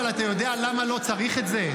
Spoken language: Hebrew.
אבל אתה יודע למה לא צריך את זה?